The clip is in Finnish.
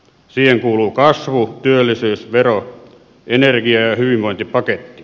siihen kuuluu kasvu työllisyys vero energia ja hyvinvointipaketti